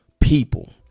people